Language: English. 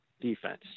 defense